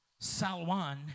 salwan